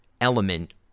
element